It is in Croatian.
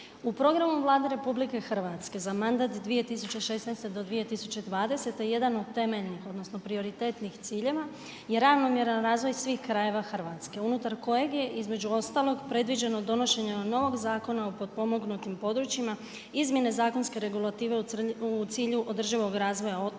U programu Vlade RH za mandat 2016. do 2020., jedan od temeljni odnosno prioritetnih ciljeva je ravnomjeran razvoj svih krajeva Hrvatske unutar kojeg je između ostalog, predviđeno donošenje novog Zakona o potpomognutim područjima, izmjene zakonske regulative u cilju održivog razvoja otoka,